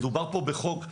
מדובר פה בחוק,